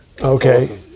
Okay